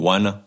One